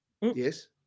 yes